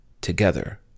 together